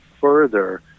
further